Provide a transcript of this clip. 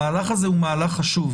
המהלך הזה הוא מהלך חשוב